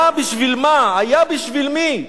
היה בשביל מה, היה בשביל מי.